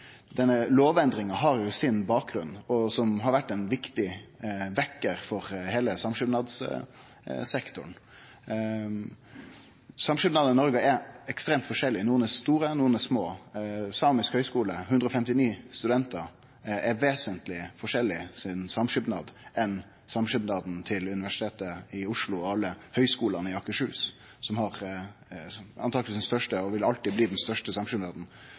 Denne lovendringa har sin bakgrunn, som har vore ein viktig vekkjar for heile samskipnadssektoren. Samskipnadane i Noreg er ekstremt forskjellige. Nokre er store, nokre er små. Samisk høgskole, med 159 studentar, har ein vesentleg forskjellig samskipnad enn samskipnaden til Universitet i Oslo og alle høgskolane i Akershus, som truleg er og alltid vil vere den største samskipnaden, og